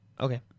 Okay